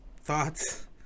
thoughts